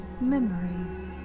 Memories